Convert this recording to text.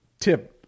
tip